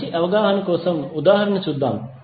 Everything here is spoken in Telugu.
మంచి అవగాహన కోసం ఉదాహరణ చూద్దాం